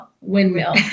Windmill